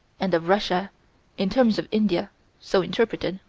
and of russia in terms of india so interpreted.